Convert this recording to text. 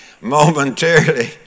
momentarily